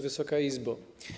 Wysoka Izbo!